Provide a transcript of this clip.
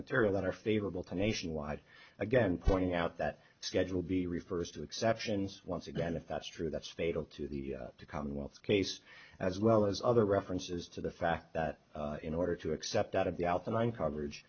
material that are favorable to nationwide again pointing out that schedule b refers to exceptions once again if that's true that's fatal to the commonwealth's case as well as other references to the fact that in order to accept out of the out the one coverage